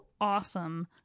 awesome